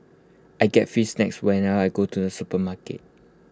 I get free snacks whenever I go to the supermarket